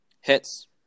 Hits